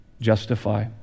justify